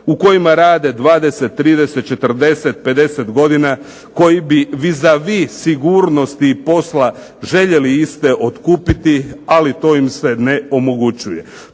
u kojima rade 20, 30, 40, 50 godina koji bi vis a vis sigurnosti posla željeli iste otkupiti ali to im se ne omogućuje.